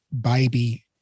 baby